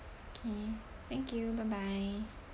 okay thank you bye bye